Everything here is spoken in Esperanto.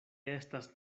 estas